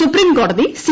സുപ്രീംകോടതി സി